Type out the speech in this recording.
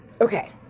Okay